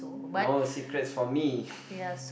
no secrets for me